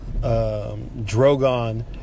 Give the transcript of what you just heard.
drogon